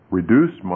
reduce